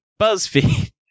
BuzzFeed